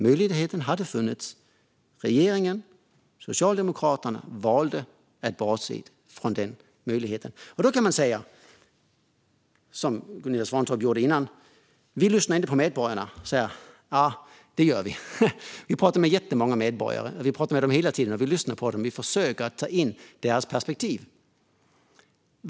Det fanns en möjlighet, men regeringen och Socialdemokraterna valde att bortse från den möjligheten. Man kan, som Gunilla Svantorp gjorde tidigare, säga att vi inte lyssnar på medborgarna. Men det gör vi. Vi pratar med jättemånga medborgare hela tiden. Vi lyssnar på dem och försöker ta in deras perspektiv.